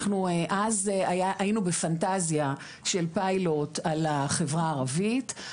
אנחנו אז היינו בפנטזיה של פיילוט על החברה הערבית,